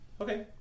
Okay